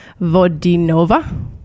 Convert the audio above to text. Vodinova